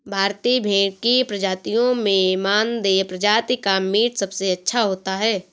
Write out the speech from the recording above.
भारतीय भेड़ की प्रजातियों में मानदेय प्रजाति का मीट सबसे अच्छा होता है